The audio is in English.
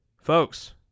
folks